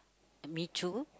me too